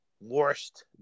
worst